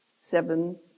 seven